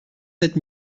sept